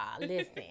listen